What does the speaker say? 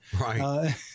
right